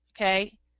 okay